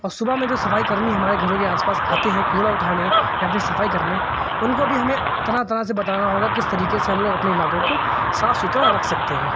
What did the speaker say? اور صبح میں جو صفائی کرمی ہمارے گھروں کے آس پاس آتے ہیں کوڑا اٹھانے یا پھر صفائی کرنے ان کو بھی ہمیں طرح طرح سے بتانا ہوگا کس طریقے سے ہم لوگ اپنے علاقوں کو صاف ستھرا رکھ سکتے ہیں